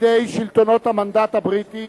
בידי שלטון המנדט הבריטי